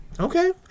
Okay